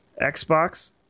xbox